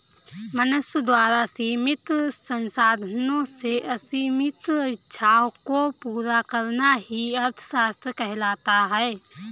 मनुष्य द्वारा सीमित संसाधनों से असीमित इच्छाओं को पूरा करना ही अर्थशास्त्र कहलाता है